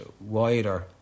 wider